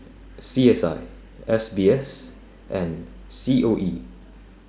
C S I S B S and C O E